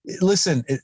Listen